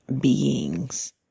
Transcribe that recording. beings